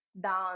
down